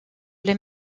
les